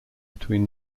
between